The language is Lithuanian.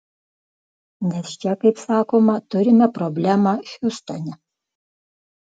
nes čia kaip sakoma turime problemą hiustone